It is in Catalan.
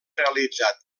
realitzat